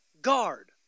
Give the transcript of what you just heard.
guard